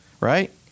Right